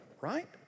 right